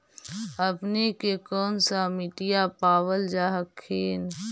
अपने के कौन सा मिट्टीया पाबल जा हखिन?